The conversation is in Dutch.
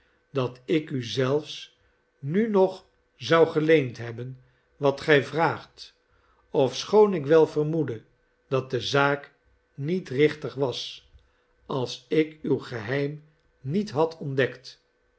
dat ik u zelfs nu nog zou geleend hebben wat gij vraagt ofschoon ik wel vermoedde dat de zaak niet richtig was als ik uw geheim niet had ontdekt